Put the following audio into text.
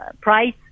price